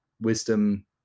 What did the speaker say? wisdom